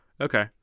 Okay